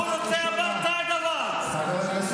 הוא רוצה אפרטהייד, אבל.